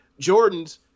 Jordans